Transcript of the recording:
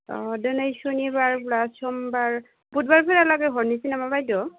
अ दिनै सुनिबारब्ला समबार बुधबारफोरालागै हरनोसै नामा बायद'